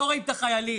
לא רואים את החיילים.